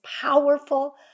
powerful